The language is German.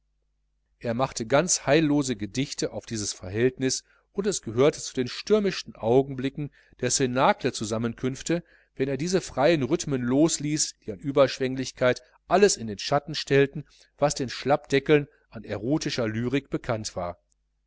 er machte ganz heillose gedichte auf dieses verhältnis und es gehörte zu den stürmischsten augenblicken der cnaclezusammenkünfte wenn er diese freien rhythmen losließ die an überschwänglichkeit alles in den schatten stellten was den schlappdeckeln an erotischer lyrik bekannt war